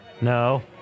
No